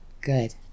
Good